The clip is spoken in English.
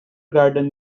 garden